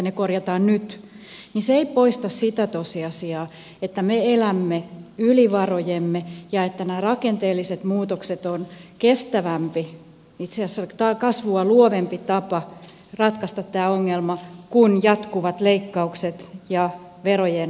se ei poista sitä tosiasiaa että me elämme yli varojemme ja että nämä rakenteelliset muutokset on kestävämpi itse asiassa kasvua luovempi tapa ratkaista tämä ongelma kuin jatkuvat leikkaukset ja verojen korotukset